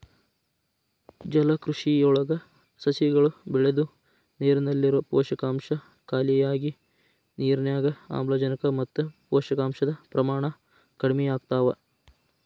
ಜಲಕೃಷಿಯೊಳಗ ಸಸಿಗಳು ಬೆಳದು ನೇರಲ್ಲಿರೋ ಪೋಷಕಾಂಶ ಖಾಲಿಯಾಗಿ ನಿರ್ನ್ಯಾಗ್ ಆಮ್ಲಜನಕ ಮತ್ತ ಪೋಷಕಾಂಶದ ಪ್ರಮಾಣ ಕಡಿಮಿಯಾಗ್ತವ